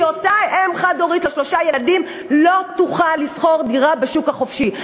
כי אותה אם חד-הורית לשלושה ילדים לא תוכל לשכור דירה בשוק החופשי.